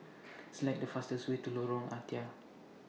Select The fastest Way to Lorong Ah Thia